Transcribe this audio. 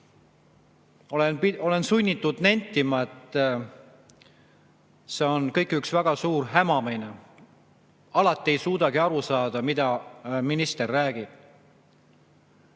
olen sunnitud nentima, et see on kõik üks väga suur hämamine. Alati ei suudagi aru saada, mida minister räägib.